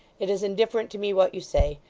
it is indifferent to me what you say.